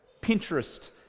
Pinterest